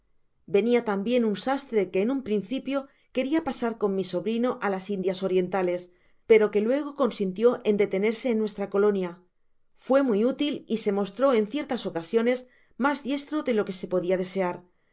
venia tambien un sastre que en un principio queria pasar con mi sobrino á las indias orientales pero que luego consistió en detenerse ea nuestra colonia fué muy útil y se mostró en iertas ocasiones mas diestro de lo que se podia desear